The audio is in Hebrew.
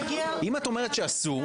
אם את אומרת שאסור.